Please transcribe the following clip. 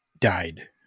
died